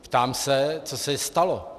Ptám se, co se stalo.